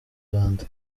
rwanda